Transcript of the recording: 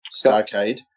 Starcade